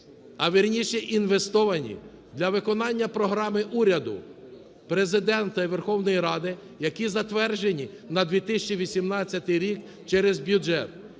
а, вірніше, інвестовані для виконання програми уряду, Президента і Верховної Ради, які затверджені на 2018 рік через бюджет,